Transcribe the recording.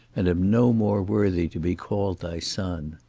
and am no more worthy to be called thy son.